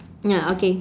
ya okay